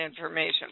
information